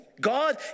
God